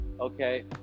Okay